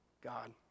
God